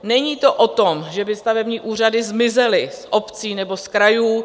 Není to o tom, že by stavební úřady zmizely z obcí nebo z krajů.